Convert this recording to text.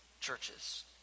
churches